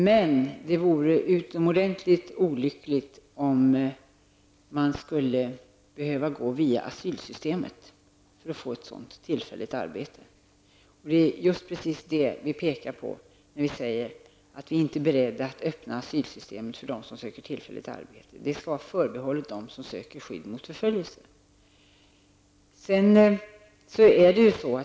Men det vore utomordentligt olyckligt om man skulle behöva gå via asylsystemet för att få ett sådant tillfälligt arbete. Det är precis vad vi påpekar när vi säger att vi inte är beredda att öppna asylsystemet för dem som söker tillfälligt arbete. Asylsystemet skall vara förbehållet dem som söker skydd mot förföljelse.